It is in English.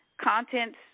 contents